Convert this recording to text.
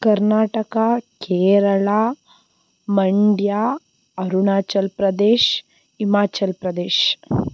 Karnataka Kerala Mandya Arunachal Pradesh Himachal Pradesh